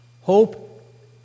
Hope